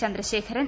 Chandrasekharan